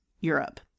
Europe